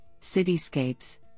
cityscapes